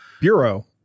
Bureau